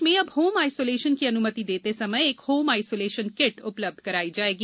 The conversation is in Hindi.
प्रदेश में अब होम आइसोलेशन की अनुमति देते समय एक होम आइसोलेशन किट उपलब्ध कराई जायेगी